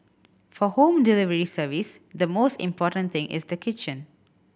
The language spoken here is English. for home delivery service the most important thing is the kitchen